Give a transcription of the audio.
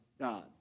God